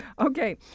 Okay